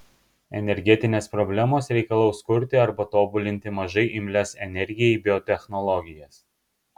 energetinės problemos reikalaus kurti arba tobulinti mažai imlias energijai biotechnologijas